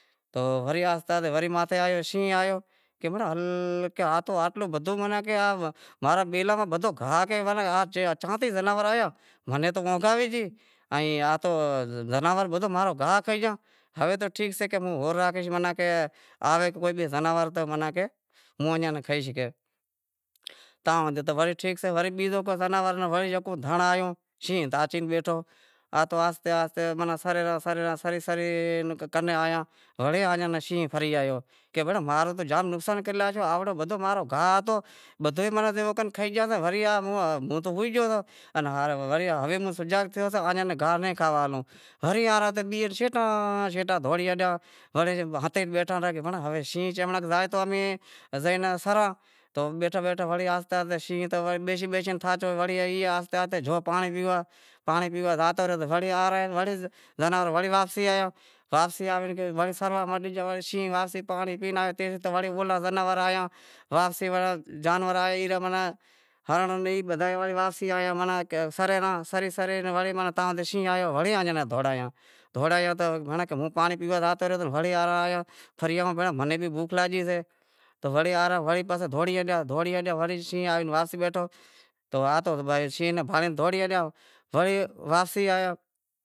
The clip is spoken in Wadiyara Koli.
تو ورے آہستے آہستے ماتھے شینہں آیو کہے ہنڑ اتو آتلو بدہو ماں را بیلاں ماہ گاہ تو چاں تے زناور آیا مناں تو اونگھ آوے گئی ائیں جناور تو بدہو ماں رو گاہ کھئی گیا ہوے تو ٹھیک شے ہوں ہور راکھیش مناں کہے آوے کوئی تو زناور تو مانں کہے موں ایئاں ناں کھئیش۔ تاں تو ٹھیک سے ورے بیزو جناور بیزو یکو دھنڑ آیو شینہں تو آچے اتے ئی بیٹھو مناں سرے رہاں سرے رہاں سرے رہاں سرے کنیں آیا وڑے ایئاں ناں شینہں پھری آیو کہے ماں رو تو جام نکشان کرے لاشو، بدہو ئی ماں رو گاہ ہتو بدہو ئی کھئی گیا وری موں تو ہوئی گیو ورے موں سجاگ تھیو سے ہنڑاں ایئاں ناں گاہ نیں کھاوا ڈیوںوری شیٹا شیٹا دہونڑی ہالیاوڑی ہاتھے ئی بیٹھا رہیا کہیں شینہں جیں ٹیم زائے تو امیں زائے سراںتو بیٹھا بیٹھا وڑے آہستے آہستے بیشے شینہں تو تھاچو وڑے زووں پانڑی پیئے آواں، پانڑی پیوا زاتو رہیو تو وڑے آوے زناور وڑی واپسی آیا، واپسی آوے وڑی سروا مٹی گیا وڑے شینہں وڑی پانڑی پی واپسی آیو تو اولا زناور آیا واپسی اڑیا جانور آئے ای رہیا ماناں ہرنڑ ماناں بدہا ئے واپسی آیا ماناں کہ سرے رہاں سری سری وڑے ماناں تاں جو شینہں آیو وڑے ایئاں ناں دہوڑایانتے، دہوڑایانتے کہ بھائی ہوں پانڑی پیوا زاتو رہیو وڑے جناور آیا پھری آواں بھینڑاں منیں بھی بوکھ لاگی شے تو وڑی آرہیا تو بس وڑی دہوڑی ہالیا وڑی شینہں آوے واپسی بیٹھو تو آتو شینہں ناں بھانڑیں دہوڑی ہلیا۔ وڑی واپسی آیو۔